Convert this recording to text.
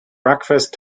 breakfast